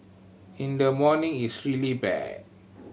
in the morning it's really bad